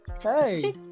hey